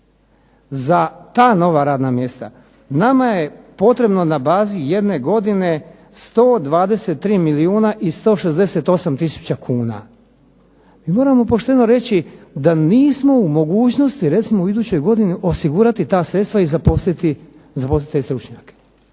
Za ta nova radna mjesta nama je potrebno na bazi jedne godine 123 milijuna i 168 tisuća kuna. Mi moramo pošteno reći da nismo u mogućnosti recimo u idućoj godini osigurati ta sredstva i zaposliti te stručnjake.